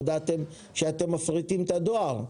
הודעתם שאתם מפריטים את הדואר.